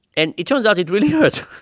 and it turns out, it really hurts.